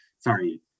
Sorry